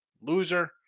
Loser